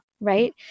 right